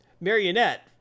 marionette